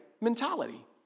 mentality